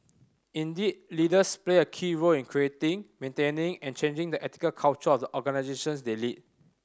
indeed leaders play a key role in creating maintaining and changing the ethical culture of the organisations they lead